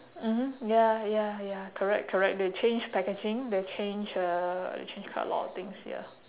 mmhmm ya ya ya correct correct they change packaging they change uh change quite a lot of things ya